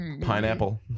Pineapple